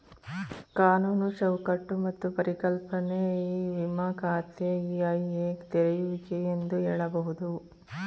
ಕಾನೂನು ಚೌಕಟ್ಟು ಮತ್ತು ಪರಿಕಲ್ಪನೆ ಇ ವಿಮ ಖಾತೆ ಇ.ಐ.ಎ ತೆರೆಯುವಿಕೆ ಎಂದು ಹೇಳಬಹುದು